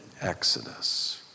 Exodus